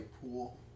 pool